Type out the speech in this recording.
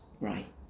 Right